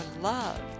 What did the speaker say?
loved